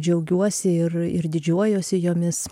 džiaugiuosi ir ir didžiuojuosi jomis